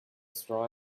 straw